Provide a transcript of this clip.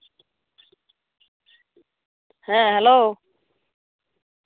ᱦᱮᱸ ᱦᱮᱞᱳ